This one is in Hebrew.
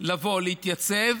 לבוא ולהתייצב.